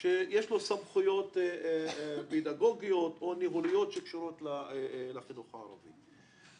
שיש לו סמכויות פדגוגיות או ניהוליות שקשורות לחינוך הערבי.